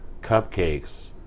cupcakes